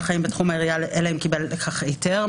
חיים בתחום העירייה אלא אם קיבל לכך היתר".